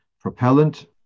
propellant